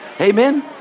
Amen